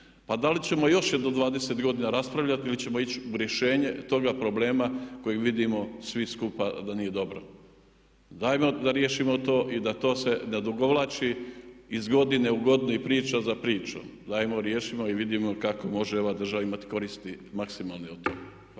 pa da li ćemo još jedno 20 godina raspravljati ili ćemo ići u rješenje toga problema kojeg vidimo svi skupa da nije dobro. Dajmo da riješimo to i da to se ne odugovlači iz godine u godinu i priča za pričom. Dajmo riješimo i vidimo kako može ova država imati koristi maksimalne od